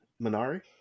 Minari